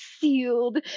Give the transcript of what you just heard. sealed